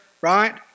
right